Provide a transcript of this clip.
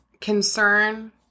concern